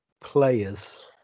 players